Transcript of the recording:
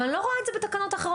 אבל אני לא רואה את זה בתקנות אחרות